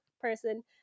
person